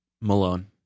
Malone